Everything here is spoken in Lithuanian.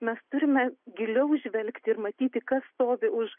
mes turime giliau žvelgti ir matyti kas stovi už